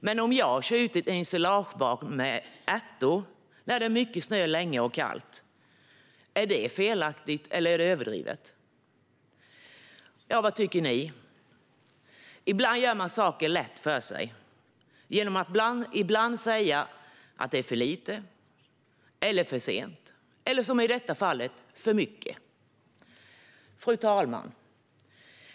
Men om jag kör ut en ensilagebal med ärtor när det är mycket snö och kallt länge, är det felaktigt eller överdrivet? Vad tycker ni? Ibland gör man det lätt för sig genom att säga att det är för lite eller för sent - eller, som i detta fall, för mycket. Fru talman!